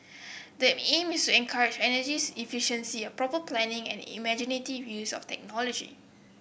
the aim is to encourage energies efficiency proper planning and imaginative use of technology